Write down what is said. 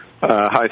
Hi